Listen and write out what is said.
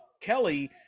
Kelly –